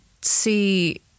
see